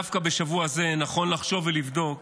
דווקא בשבוע הזה נכון לחשוב ולבדוק